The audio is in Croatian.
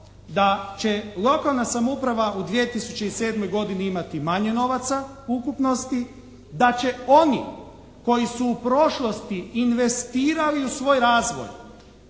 da će lokalna samouprava u 2007. godini imati manje novaca ukupnosti, da će oni koji su u prošlosti investirali u svoj razvoj,